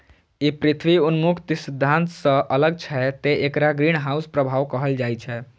ई पृथ्वी उन्मुख सिद्धांत सं अलग छै, तें एकरा ग्रीनहाउस प्रभाव कहल जाइ छै